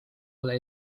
ole